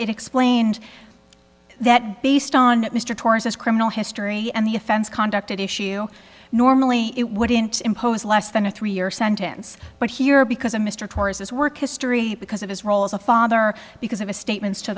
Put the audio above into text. it explained that based on mr torres his criminal history and the offense conduct at issue normally it wouldn't impose less than a three year sentence but here because of mr torres his work history because of his role as a father because of his statements to